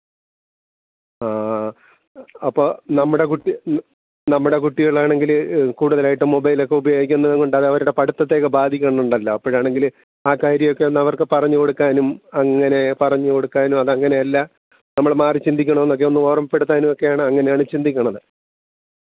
ആ അപ്പം നമ്മുടെ കുട്ടി നമ്മുടെ കുട്ടികളാണെങ്കിൽ കൂടുതലായിട്ട് മൊബൈലൊക്കെ ഉപയോഗിക്കുന്നതു കൊണ്ടതവരുടെ പഠിത്തത്തെ ഒക്കെ ബാധിക്കുന്നുണ്ടല്ലോ അപ്പോഴാണെങ്കിൽ ആ കാര്യമൊക്കെ ഒന്നവർക്ക് പറഞ്ഞു കൊടുക്കാനും അങ്ങനെ പറഞ്ഞു കൊടുക്കാനും അതങ്ങനെയല്ല നമ്മൾ മാറി ചിന്തിക്കണമെന്നൊക്കെ ഒന്നോർമ്മപ്പെടുത്താനുമൊക്കെയാണ് അങ്ങനെയാണ് ചിന്തിക്കുന്നത് അ അ